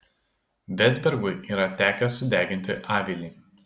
vezbergui yra tekę sudeginti avilį